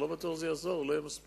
לא בטוח שזה יעזור, לא יהיה מספיק.